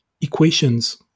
equations